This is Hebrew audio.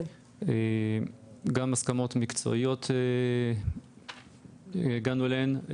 גם הסכמות מקצועיות, הגענו אליהן.